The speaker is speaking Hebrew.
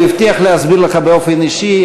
הוא הבטיח להסביר לך באופן אישי,